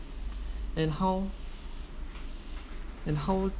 and how and how